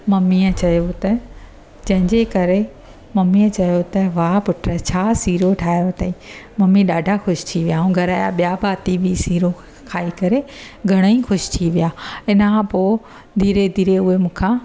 ममीअ चयो त जंहिंजे करे ममीअ चयो त वाह पुट छा सीरो ठाहियो अथईं ममी ॾाढा ख़ुशि थी विया ऐं घर जा ॿिया भाती बि सीरो खाई करे घणा ई ख़ुशि थी विया इन खां पोइ धीरे धीरे उहे मूंखां